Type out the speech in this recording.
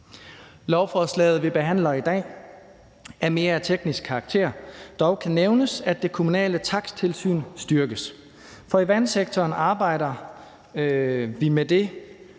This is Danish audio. Lovforslaget, vi behandler i dag, er mere af teknisk karakter. Det kan dog nævnes, at det kommunale taksttilsyn styrkes, for i vandsektoren arbejder vi med det,